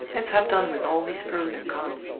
let's have done with all these pros and cons.